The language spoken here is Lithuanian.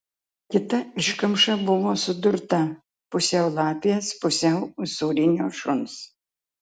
kita iškamša buvo sudurta pusiau lapės pusiau usūrinio šuns